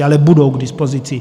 Ale budou k dispozici.